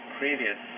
previous